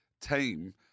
team